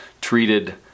treated